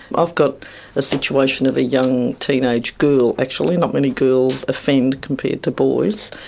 i've got a situation of a young teenage girl actually, not many girls offend compared to boys.